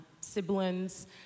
siblings